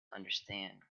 understand